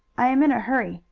i am in a hurry,